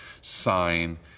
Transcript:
sign